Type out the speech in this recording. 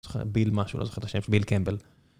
זוכר ביל משהו לא זוכר את השם, ביל קמבל